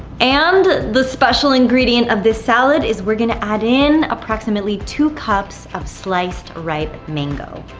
and the special ingredient of this salad is we're going to add in approximately two cups of sliced, ripe mango.